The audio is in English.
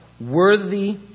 worthy